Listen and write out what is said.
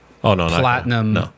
platinum